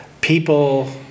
People